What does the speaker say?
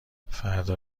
فردا